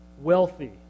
Wealthy